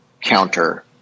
counter